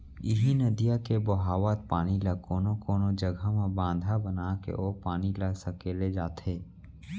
इहीं नदिया के बोहावत पानी ल कोनो कोनो जघा म बांधा बनाके ओ पानी ल सकेले जाथे